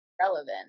relevant